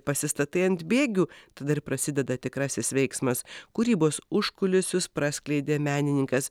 pasistatai ant bėgių tada ir prasideda tikrasis veiksmas kūrybos užkulisius praskleidė menininkas